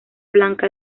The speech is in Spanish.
blanca